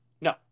No